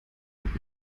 mit